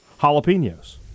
jalapenos